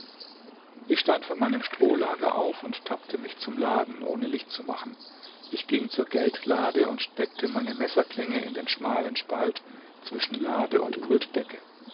ich stand von meinem strohlager auf und tappte mich zum laden ohne licht zu machen ich ging zur geldlade und steckte meine messerklinge in den schmalen spalt zwischen lade und